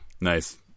Nice